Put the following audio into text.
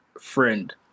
friend